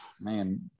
man